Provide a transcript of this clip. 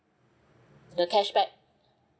the cashback